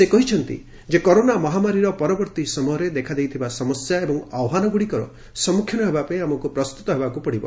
ସେ କହିଛନ୍ତି ଯେ କରୋନା ମହାମାରୀର ପରବର୍ତ୍ତୀ ସମୟରେ ଦେଖାଦେଇଥିବା ସମସ୍ୟା ଏବଂ ଆହ୍ୱାନଗୁଡ଼ିକର ସମ୍ମୁଖୀନ ହେବା ପାଇଁ ଆମକୁ ପ୍ରସ୍ତୁତ ହେବାକୁ ପଡ଼ିବ